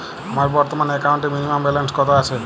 আমার বর্তমান একাউন্টে মিনিমাম ব্যালেন্স কত আছে?